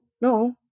no